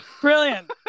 Brilliant